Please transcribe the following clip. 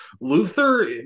Luther